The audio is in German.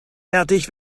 fertig